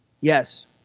Yes